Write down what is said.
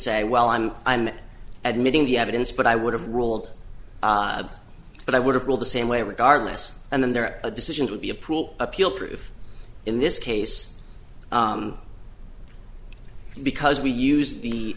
say well i'm i'm admitting the evidence but i would have ruled that i would have ruled the same way regardless and then their decision would be a pool appeal proof in this case because we use the